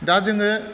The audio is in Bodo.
दा जोङो